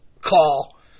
call